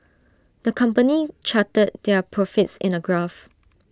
the company charted their profits in A graph